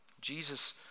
Jesus